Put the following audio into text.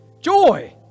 Joy